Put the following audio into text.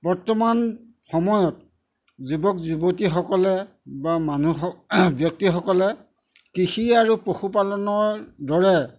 বৰ্তমান সময়ত যুৱক যুৱতীসকলে বা মানুহ ব্যক্তিসকলে কৃষি আৰু পশুপালনৰ দৰে